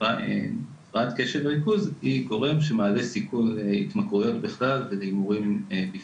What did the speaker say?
הפרעת קשב וריכוז היא גורם שמעלה סיכון להתמכרויות בכלל ולהימורים בפרט.